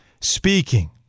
Speaking